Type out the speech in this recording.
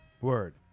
Word